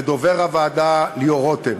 ודובר הוועדה ליאור רותם.